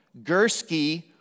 Gursky